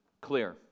clear